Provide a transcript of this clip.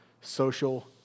social